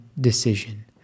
decision